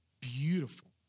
beautiful